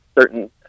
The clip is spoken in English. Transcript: certain